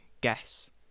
guess